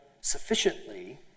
sufficiently